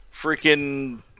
freaking